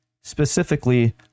specifically